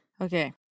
Okay